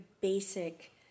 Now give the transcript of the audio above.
basic